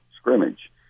scrimmage